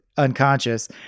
unconscious